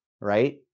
Right